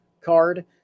card